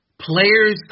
players